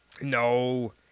No